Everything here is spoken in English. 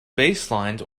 baselines